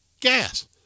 gas